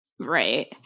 Right